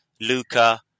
Luca